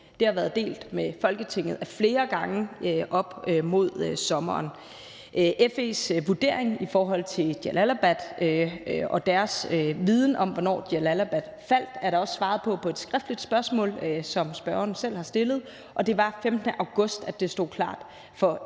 Det har været delt med Folketinget ad flere gange op mod sommeren. Spørgsmålet om FE's vurdering i forhold til Jalalabad og deres viden om, hvornår Jalalabad faldt, er der også blevet svaret på i forbindelse med et skriftligt spørgsmål, som spørgeren selv har stillet, og det var den 15. august, at det stod klart for